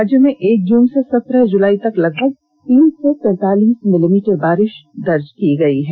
राज्य में एक जून से सत्रह जुलाई तक लगभग तीन सौ तैंतालीस मिलीमीटर बारिश दर्ज की गयी है